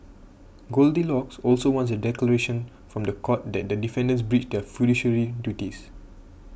goldilocks also wants a declaration from the court that the defendants breached their fiduciary duties